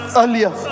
earlier